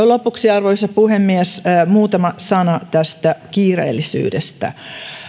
lopuksi arvoisa puhemies muutama sana tästä kiireellisyydestä